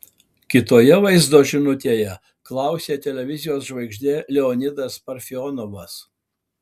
kitoje vaizdo žinutėje klausė televizijos žvaigždė leonidas parfionovas